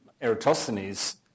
Eratosthenes